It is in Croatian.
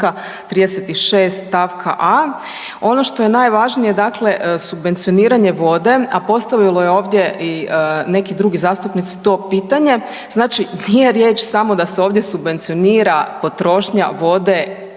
36. stavka a). Ono što je najvažnije dakle subvencioniranje vode, a postavili su ovdje i neki drugi zastupnici to pitanje, znači nije riječ samo da se ovdje subvencionira potrošnja vode